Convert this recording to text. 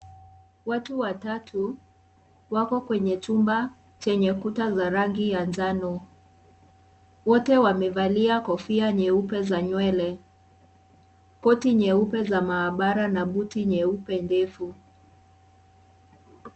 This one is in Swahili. Watu watatu wako kwenye chumba chenye ukuta za rangi ya njano, wote wamevalia kofia nyeupe za nywele, koti nyeupe za mahabara na buti nyeupe ndefu.